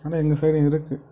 ஆனால் எங்கள் சைடும் இருக்குது